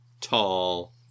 tall